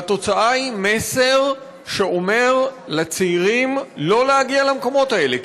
והתוצאה היא מסר שאומר לצעירים שלא להגיע למקומות האלה,